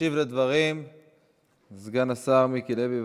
ישיב על הדברים סגן השר מיקי לוי.